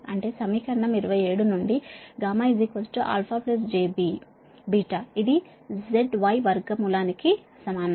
అంటే సమీకరణం 27 నుండి γαjβ ఇది z y వర్గ మూలానికి సమానం